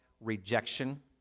rejection